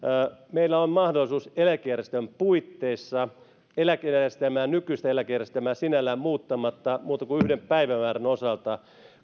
meillä on mahdollisuus eläkejärjestelmän puitteissa nykyistä eläkejärjestelmää sinällään muuttamatta muuta kuin yhden päivämäärän osalta